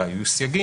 אולי יהיו סייגים,